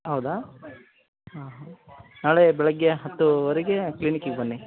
ಹೌದಾ ಹಾಂ ನಾಳೆ ಬೆಳಗ್ಗೆ ಹತ್ತೂವರೆಗೆ ಕ್ಲಿನಿಕ್ಕಿಗೆ ಬನ್ನಿ